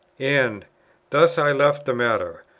and thus i left the matter.